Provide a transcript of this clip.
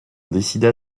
décida